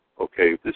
okay